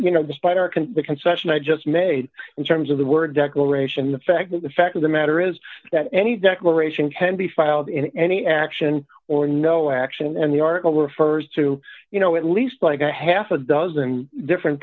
you know despite our can the concession i just made in terms of the word declaration the fact that the fact of the matter is that any declaration can be filed in any action or no action and the article refers to you know at least like a half a dozen different